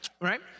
right